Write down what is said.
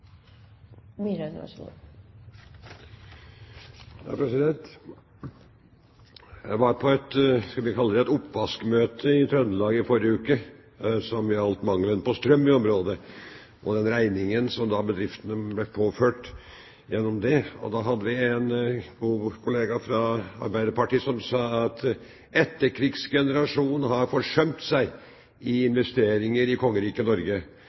Jeg var på – skal vi kalle det – et oppvaskmøte i Trøndelag i forrige uke, som gjaldt mangelen på strøm i området og den regningen som bedriftene ble påført gjennom dette. Da hadde vi en god kollega fra Arbeiderpartiet som sa at etterkrigsgenerasjonen har forsømt seg når det gjelder investeringer i kongeriket Norge.